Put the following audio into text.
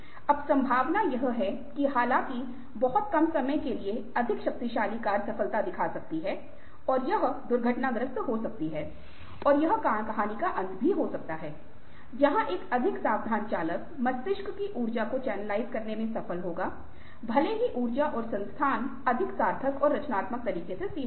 अब संभावना यह है कि हालांकि बहुत कम समय के लिए अधिक शक्तिशाली कार सफलता दिखा सकती है यह दुर्घटनाग्रस्त हो सकती है और यह कहानी का अंत हो सकता है जहां एक अधिक सावधान चालक मस्तिष्क की ऊर्जा को चैनलाइज़ करने में सफल होगा भले ही ऊर्जा और संसाधन अधिक सार्थक और रचनात्मक तरीके से सीमित हों